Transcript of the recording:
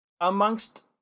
amongst